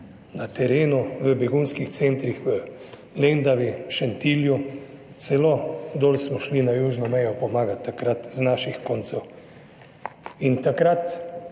na terenu, v begunskih centrih v Lendavi, Šentilju, celo dol smo šli na južno mejo pomagati takrat z naših koncev in takrat